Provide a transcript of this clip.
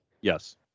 Yes